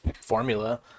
formula